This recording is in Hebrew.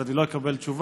אז אני לא אקבל תשובה,